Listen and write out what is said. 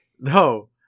No